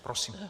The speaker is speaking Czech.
Prosím.